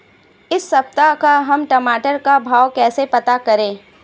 इस सप्ताह का हम टमाटर का भाव कैसे पता करें?